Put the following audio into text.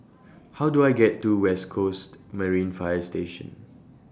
How Do I get to West Coast Marine Fire Station